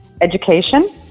education